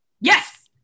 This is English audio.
Yes